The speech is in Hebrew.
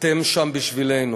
אתם שם בשבילנו.